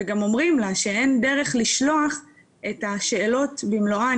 וגם אומרים לה שאין דרך לשלוח את השאלות במלואן,